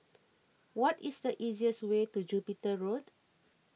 what is the easiest way to Jupiter Road